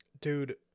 Dude